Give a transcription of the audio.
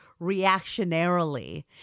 reactionarily